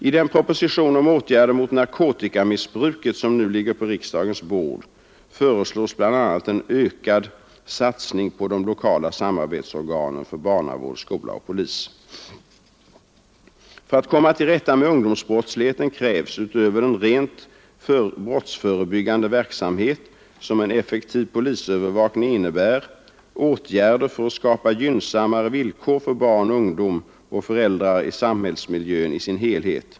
I den proposition om åtgärder mot narkotikamissbruket som nu ligger på riksdagens bord föreslås bl.a. en ökad satsning på de lokala samarbetsorganen för barnavård, skola och polis. För att komma till rätta med ungdomsbrottsligheten krävs, utöver den rent brottsförebyggande verksamhet som en effektiv polisövervakning innebär, åtgärder för att skapa gynnsammare villkor för barn, ungdom och föräldrar i samhällsmiljön i sin helhet.